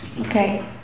Okay